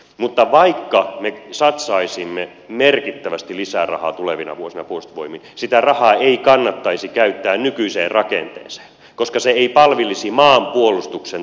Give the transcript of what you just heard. mutta vaikka me satsaisimme merkittävästi lisää rahaa tulevina vuosina puolustusvoimiin sitä rahaa ei kannattaisi käyttää nykyiseen rakenteeseen koska se ei palvelisi maanpuolustuksen tarpeita